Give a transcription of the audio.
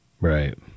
Right